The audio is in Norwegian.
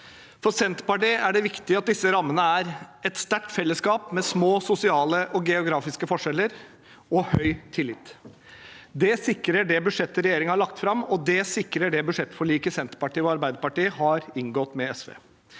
For Senterpartiet er det viktig at disse rammene er et sterkt fellesskap med små sosiale og geografiske forskjeller og høy tillit. Det sikrer det budsjettet regjeringen har lagt fram, og det sikrer det budsjettforliket Senterpartiet og Arbeiderpartiet har inngått med SV.